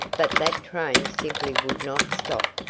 but that train simply would not stop.